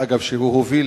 אגב, הוא הוביל